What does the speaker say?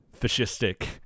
fascistic